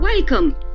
Welcome